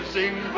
Sing